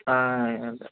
అదే